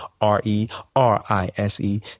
R-E-R-I-S-E